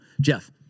Jeff